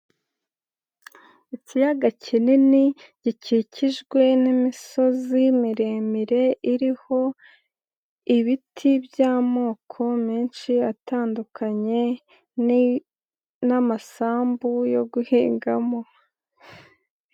Ikiyaga kinini gikikijwe n'imisozi miremire iriho ibiti by'amoko menshi atandukanye n'amasambu yo guhingamo.